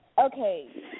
okay